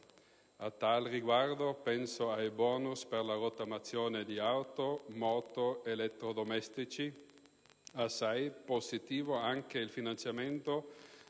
A tale riguardo penso ai *bonus* per la rottamazione di auto, moto ed elettrodomestici; assai positivo anche il finanziamento